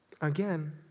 again